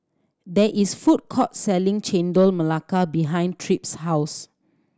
there is food court selling Chendol Melaka behind Tripp's house